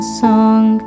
song